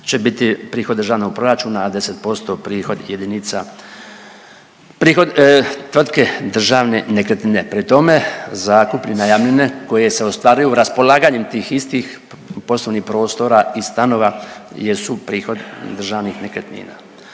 će biti državnog proračuna, a 10% prihod tvrtke Državne nekretnine. Pri tome zakup i najamnine koje se ostvaruju raspolaganjem tih istih poslovnih prostora i stanova jesu prihod Državnih nekretnina.